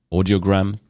Audiogram